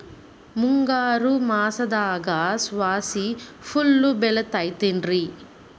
ಮುಂಗಾರು ಮಾಸದಾಗ ಸಾಸ್ವಿ ಛಲೋ ಬೆಳಿತೈತೇನ್ರಿ?